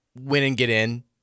win-and-get-in